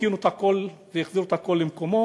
התקינו את הכול והחזירו את הכול למקומו.